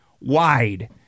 wide